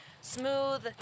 smooth